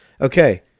Okay